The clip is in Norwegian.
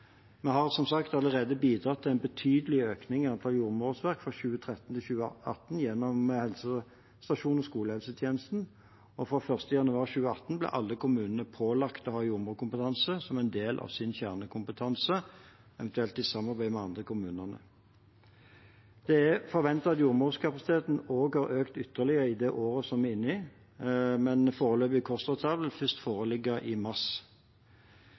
Vi har som sagt allerede bidratt til en betydelig økning i antall jordmorårsverk for 2013–2018 gjennom helsestasjonene og skolehelsetjenesten, og fra 1. januar 2018 ble alle kommunene pålagt å ha jordmorkompetanse som en del av sin kjernekompetanse, eventuelt i samarbeid med andre kommuner. Det er forventet at jordmorkapasiteten også har økt ytterligere i det året vi er inne i, men foreløpige KOSTRA-tall vil først foreligge i mars.